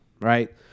right